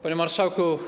Panie Marszałku!